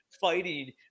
fighting